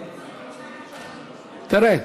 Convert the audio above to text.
תראה,